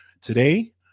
Today